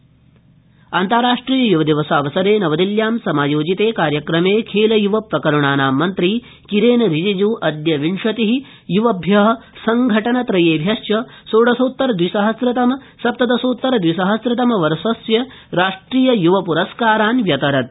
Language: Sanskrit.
युवपुरस्कार अन्ताराष्ट्रिय य्वदिवसावसरे नवदिल्ल्यां समायोजिते कार्यक्रमे खेलय्व प्रकरणानां मन्त्री किरेन रिजिज् अद्य विंशतिः युवभ्यः संघटनत्रयेभ्यश्च षोडशोत्तर द्विसहस्र सप्तदशोत्तरद्विसहस्र तम वर्षस्य राष्ट्रिययुव पुरस्कारान् व्यतरत्